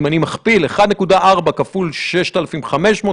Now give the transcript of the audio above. אם אני מכפיל: 1.4 כפול 6,500,